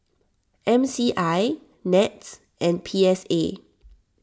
M C I NETS and P S A